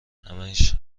همش